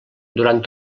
durant